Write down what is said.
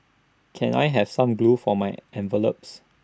can I have some glue for my envelopes